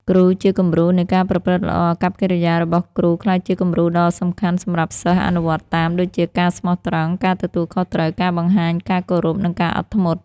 គ្រូជាគំរូនៃការប្រព្រឹត្តល្អអាកប្បកិរិយារបស់គ្រូ ក្លាយជាគំរូដ៏សំខាន់សម្រាប់សិស្សអនុវត្តតាម ដូចជាការស្មោះត្រង់ ការទទួលខុសត្រូវ ការបង្ហាញការគោរព និងការអត់ធ្មត់។